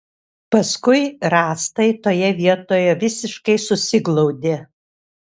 paskui rąstai toje vietoje visiškai susiglaudė